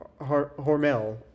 hormel